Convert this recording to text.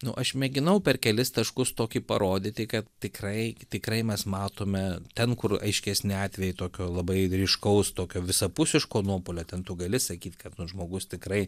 nu aš mėginau per kelis taškus tokį parodyti kad tikrai tikrai mes matome ten kur aiškesni atvejai tokio labai ryškaus tokio visapusiško nuopolio ten tu gali sakyt kad nu žmogus tikrai